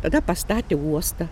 tada pastatė uostą